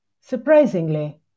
surprisingly